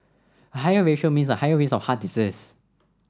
a higher ratio means a higher risk of heart disease